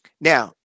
Now